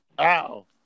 Ow